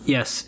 Yes